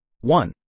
One